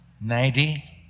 Ninety